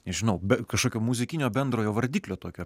nežinau kažkokio muzikinio bendrojo vardiklio tokio